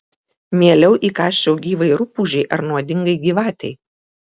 mieliau įkąsčiau gyvai rupūžei ar nuodingai gyvatei